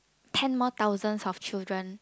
ten more thousands of children